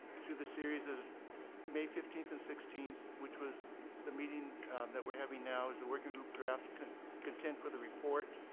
through the series is may fifteenth and sixteenth which was the meeting that we're having now is the working group drafts content for the report.